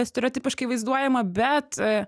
stereotipiškai vaizduojama bet